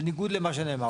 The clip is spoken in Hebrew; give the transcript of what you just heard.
בניגוד למה שאנמר פה.